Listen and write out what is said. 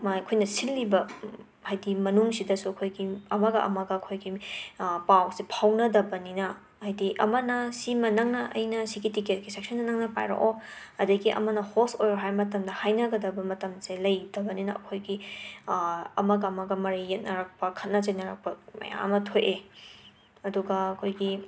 ꯑꯈꯣꯏꯅ ꯁꯤꯜꯂꯤꯕ ꯍꯥꯏꯗꯤ ꯃꯅꯨꯡꯁꯤꯗꯁꯨ ꯑꯩꯈꯣꯏꯒꯤ ꯑꯃꯒ ꯑꯃꯒ ꯑꯈꯣꯏꯒꯤ ꯄꯥꯎꯁꯦ ꯐꯥꯎꯅꯗꯕꯅꯤꯅ ꯍꯥꯏꯗꯤ ꯑꯃꯅ ꯁꯤꯃ ꯅꯪꯅ ꯑꯩꯅ ꯁꯤꯒꯤ ꯇꯤꯀꯦꯠꯀꯤ ꯁꯦꯛꯁꯟꯅ ꯅꯪꯅ ꯄꯥꯏꯔꯛꯑꯣ ꯑꯗꯒꯤ ꯑꯃꯅ ꯍꯣꯁ ꯑꯣꯏꯔꯣ ꯍꯥꯏꯕ ꯃꯇꯝꯗ ꯍꯥꯏꯅꯒꯗꯕ ꯃꯇꯝꯁꯦ ꯂꯩꯇꯕꯅꯤꯅ ꯑꯩꯈꯣꯏꯒꯤ ꯑꯃꯒ ꯑꯃꯒ ꯃꯔꯩ ꯌꯦꯠꯅꯔꯛꯄ ꯈꯠꯅ ꯆꯩꯅꯔꯛꯄ ꯃꯌꯥꯝ ꯑꯃ ꯊꯣꯛꯑꯦ ꯑꯗꯨꯒ ꯑꯈꯣꯏꯒꯤ